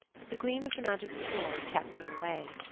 but the gleam of the magic sword kept them away.